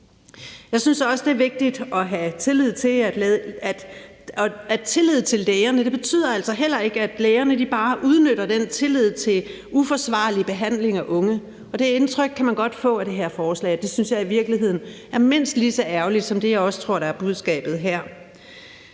Jeg synes også, det er vigtigt at sige, at det at have tillid til lægerne altså heller ikke betyder, at lægerne bare udnytter den tillid til uforsvarlig behandling af unge. Og det indtryk kan man godt få af det her forslag. Det synes jeg i virkeligheden er mindst lige så ærgerligt som det, jeg også tror er budskabet her.